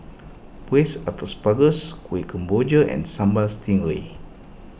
Braised Asparagus Kueh Kemboja and Sambal Stingray